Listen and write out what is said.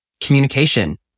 communication